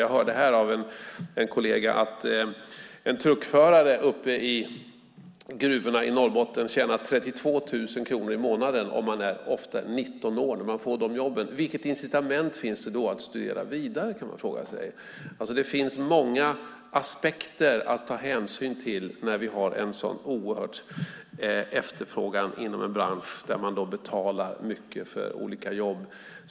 Jag hörde av en kollega att en truckförare i gruvorna i Norrbotten tjänar 32 000 kronor i månaden, och man är ofta 19 år när man får det jobbet. Vilket incitament finns det då att studera vidare? kan man fråga sig. Det finns många aspekter att ta hänsyn till när vi har en sådan oerhörd efterfrågan inom en bransch där man betalar mycket för olika jobb.